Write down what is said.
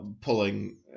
pulling